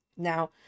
Now